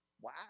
Wow